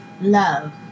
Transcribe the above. love